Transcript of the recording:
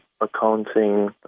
accounting